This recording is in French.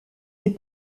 est